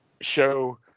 show